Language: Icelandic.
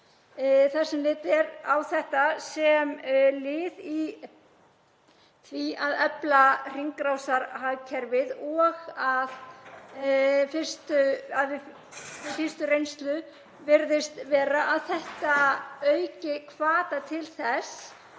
þar sem litið er á þetta sem lið í því að efla hringrásarhagkerfið. Af fyrstu reynslu virðist vera að þetta auki hvata til þess